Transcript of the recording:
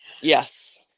Yes